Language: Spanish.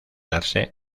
darse